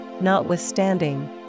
notwithstanding